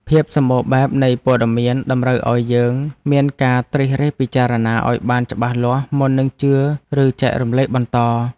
ភាពសម្បូរបែបនៃព័ត៌មានតម្រូវឱ្យយើងមានការត្រិះរិះពិចារណាឱ្យបានច្បាស់លាស់មុននឹងជឿឬចែករំលែកបន្ត។